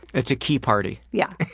it's a key party! yeah,